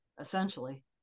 essentially